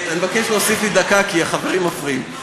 אני מבקש להוסיף לי דקה, כי החברים מפריעים.